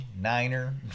niner